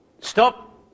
Stop